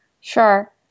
Sure